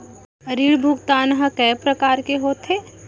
ऋण भुगतान ह कय प्रकार के होथे?